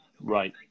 Right